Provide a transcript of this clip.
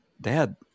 Dad